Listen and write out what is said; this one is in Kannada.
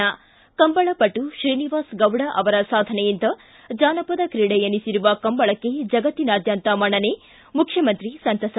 ಿ ಕಂಬಳಪಟು ಶ್ರೀನಿವಾಸ ಗೌಡ ಅವರ ಸಾಧನೆಯಿಂದ ಜಾನಪದ ಕ್ರೀಡೆ ಎನಿಸಿರುವ ಕಂಬಳಕ್ಕೆ ಜಗತ್ತಿನಾದ್ಯಂತ ಮನ್ನಡೆ ಮುಖ್ಯಮಂತ್ರಿ ಸಂತಸ